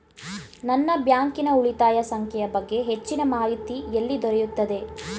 ನನ್ನ ಬ್ಯಾಂಕಿನ ಉಳಿತಾಯ ಸಂಖ್ಯೆಯ ಬಗ್ಗೆ ಹೆಚ್ಚಿನ ಮಾಹಿತಿ ಎಲ್ಲಿ ದೊರೆಯುತ್ತದೆ?